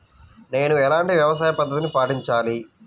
నేను ఎలాంటి వ్యవసాయ పద్ధతిని పాటించాలి?